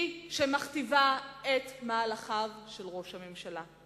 היא שמכתיבה את מהלכיו של ראש הממשלה.